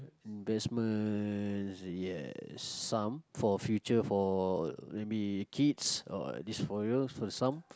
investments yes sum for future for maybe kids or this for real for sum